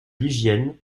l’hygiène